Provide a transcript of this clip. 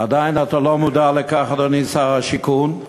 אתה לא מודע לו, אדוני שר השיכון,